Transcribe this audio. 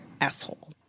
asshole